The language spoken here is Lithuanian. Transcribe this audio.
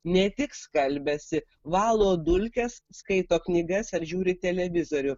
ne tik skalbiasi valo dulkes skaito knygas ar žiūri televizorių